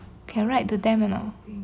can write to them or not